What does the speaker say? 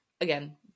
again